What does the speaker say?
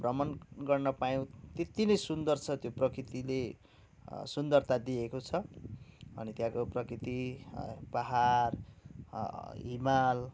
भ्रमण गर्न पायौँ त्यति नै सुन्दर छ त्यो प्रकृतिले सुन्दरता दिएको छ अनि त्यहाँको प्रकृति पहाड हिमाल